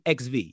XV